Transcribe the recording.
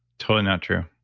totally not true.